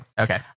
Okay